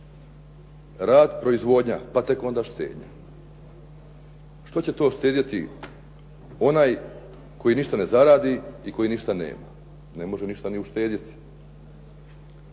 Rad, proizvodnja, pa tek onda štednja. Što će to štedjeti onaj koji ništa ne zaradi i koji ništa nema? Ne može ništa ni uštedjeti.